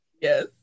Yes